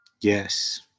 Yes